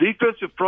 defensive